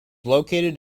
located